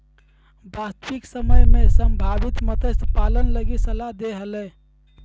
वास्तविक समय में संभावित मत्स्य पालन लगी सलाह दे हले